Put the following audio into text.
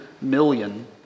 million